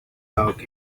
dark